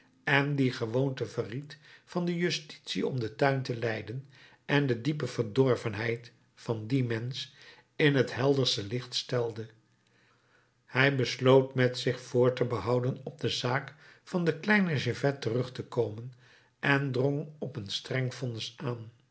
en die de gewoonte verried van de justitie om den tuin te leiden en de diepe verdorvenheid van dien mensch in t helderste licht stelde hij besloot met zich voor te behouden op de zaak van den kleinen gervais terug te komen en drong op een streng vonnis aan